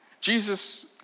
Jesus